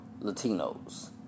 Latinos